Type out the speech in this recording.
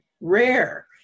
rare